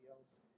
else